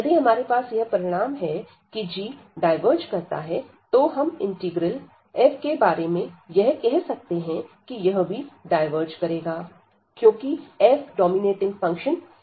यदि हमारे पास यह परिणाम है कि g डायवर्ज करता है तो हम इंटीग्रल f के बारे में यह कह सकते हैं कि यह भी डायवर्ज करेगा क्योंकि f डोमिनेटिंग फंक्शन है